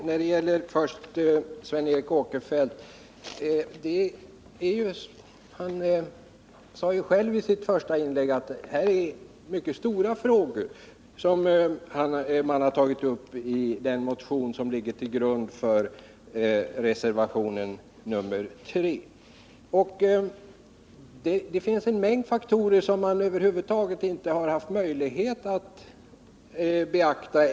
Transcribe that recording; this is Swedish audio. Herr talman! Sven Eric Åkerfeldt sade ju själv i sitt första inlägg att det är mycket stora frågor som man tagit upp i den motion som ligger till grund för reservationen 3. Det finns en mängd faktorer som man över huvud taget inte har haft möjlighet att beakta.